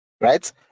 right